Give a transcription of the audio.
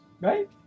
Right